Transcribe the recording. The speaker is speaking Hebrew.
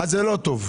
זה לא טוב.